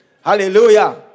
Hallelujah